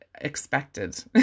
expected